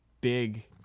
big